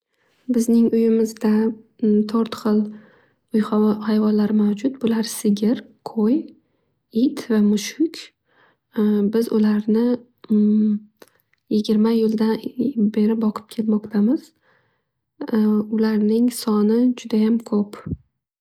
Bizning uyimizda to'rt xil uy hayvo- hayvonlari mavjud. Bular sigir, qo'y, it va mushuk. Biz ularni yigirma yildan beri boqib kelmoqdamiz. Ularning soni judayam ko'p.